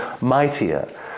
mightier